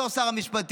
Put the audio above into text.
בתור שר המשפטים.